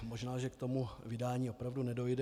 Možná že k tomu vydání opravdu nedojde.